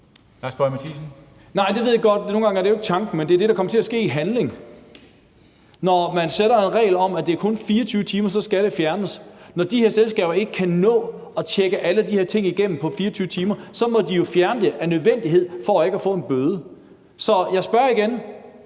Lars Boje Mathiesen (NB): Nej, det ved jeg godt. Nogle gange er det jo ikke tanken, men det er det, der kommer til at ske i handling. Når man fastsætter en regel om, at det kun er 24 timer og så skal det fjernes, og når de her selskaber ikke kan nå at tjekke alle de her ting igennem på 24 timer, må de jo fjerne det af nødvendighed for ikke at få en bøde. Så jeg spørger igen: